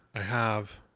i have,